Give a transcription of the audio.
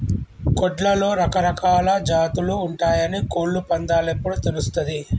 కోడ్లలో రకరకాలా జాతులు ఉంటయాని కోళ్ళ పందేలప్పుడు తెలుస్తది